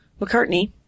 McCartney